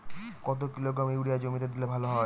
কত kilogram urea জমিতে দিলে ভালো হয়?